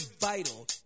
vital